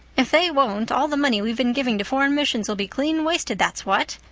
if they won't all the money we've been giving to foreign missions will be clean wasted, that's what!